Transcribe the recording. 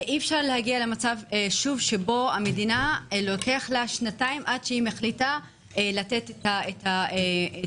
אי אפשר להגיע למצב שלמדינה לוקח שנתיים עד שהיא מחליטה לתת פיצויים.